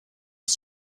was